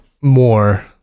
more